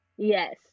Yes